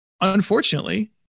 Unfortunately